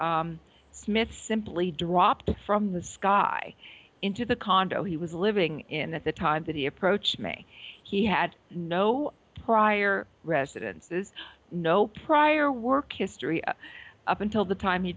smith simply dropped from the sky high into the condo he was living in that the time that he approached me he had no prior residences no prior work history up until the time he